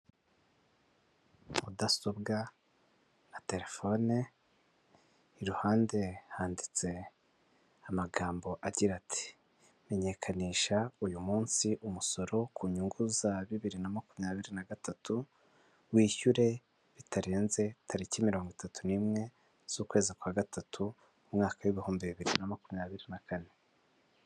Mudasobwa na telefone, iruhande handitse amagambo agira ati ;'' Menyekanisha uyu munsi umusoro ku nyungu za bibiri na makumyabiri nagatatu wishyure bitarenze tariki mirongo itatu n'imwe z'ukwezi kwa gatatu mu mwaka w'ibihumbi bibiri na makumyabiri na kane.''